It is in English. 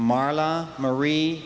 marla marie